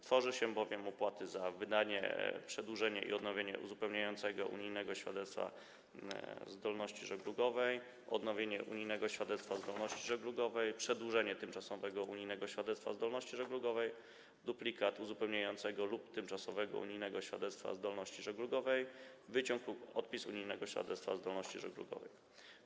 Tworzy się bowiem opłaty za: wydanie, przedłużenie i odnowienie uzupełniającego unijnego świadectwa zdolności żeglugowej, odnowienie unijnego świadectwa zdolności żeglugowej, przedłużenie tymczasowego unijnego świadectwa zdolności żeglugowej, duplikat uzupełniającego lub tymczasowego unijnego świadectwa zdolności żeglugowej, wyciąg lub odpis unijnego świadectwa zdolności żeglugowej.